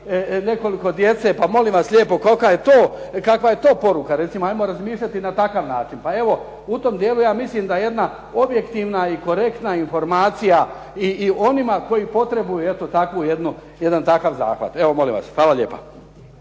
nekoliko djece, pa molim vas lijepo kolika je to, kakva je to poruka? Ajmo razmišljati na takav način. Pa evo u tom dijelu ja mislim da jedna objektivna i korektna informacija i onima koji potrebuju jedan takav zahvat. Evo hvala lijepo.